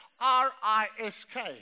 R-I-S-K